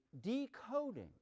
decoding